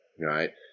right